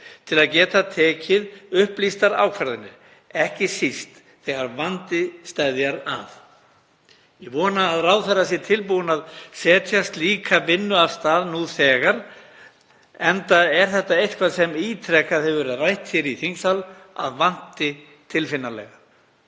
til að geta tekið upplýstar ákvarðanir, ekki síst þegar vandi steðjar að. Ég vona að ráðherra sé tilbúinn til að setja slíka vinnu af stað nú þegar enda er þetta eitthvað sem ítrekað hefur verið rætt hér í þingsal að vanti tilfinnanlega.